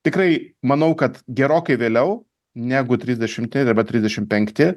tikrai manau kad gerokai vėliau negu trisdešimti arba trisdešim penkti